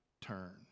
turn